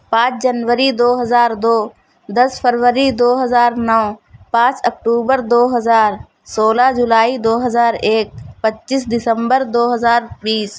پانچ جنوری دو ہزار دو دس فروری دو ہزار نو پانچ اکتوبر دو ہزار سولہ جولائی دو ہزار ایک پچیس دسمبر دو ہزار بیس